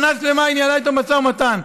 שנה שלמה היא ניהלה איתו משא ומתן.